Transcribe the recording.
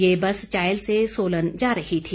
ये बस चायल से सोलन जा रही थी